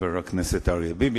חבר הכנסת אריה ביבי.